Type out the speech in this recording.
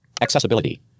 Accessibility